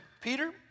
Peter